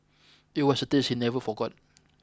it was a taste he never forgot